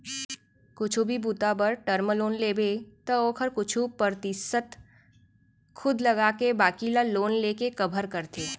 कुछु भी बूता बर टर्म लोन लेबे त ओखर कुछु परतिसत खुद लगाके बाकी ल लोन लेके कभर करथे